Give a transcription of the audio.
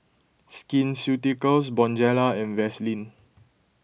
Skin Ceuticals Bonjela and Vaselin